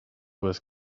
was